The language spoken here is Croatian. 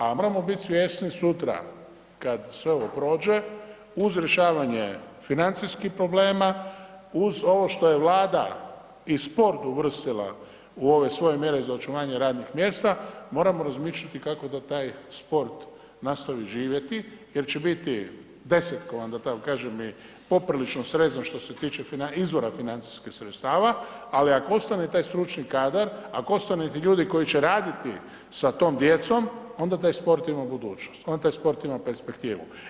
A moramo biti svjesni sutra kad sve ovo prođe uz rješavanje financijskih problema, uz ovo što je Vlada i sport uvrstila u ove svoje mjere za očuvanje radnih mjesta, moramo razmišljati kako da taj sport nastavi živjeti jer će biti desetkovan da tako kažem i poprilično srezan što se tiče izvora financijskih sredstava, ali ako ostane taj stručni kadar, ako ostanu ti ljudi koji će raditi sa tom djecom onda taj sport ima budućnost, onda taj sport ima perspektivu.